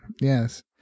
Yes